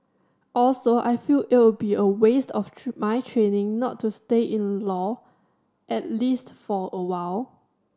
also I feel it'll be a waste of my training not to stay in law at least for a while